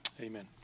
Amen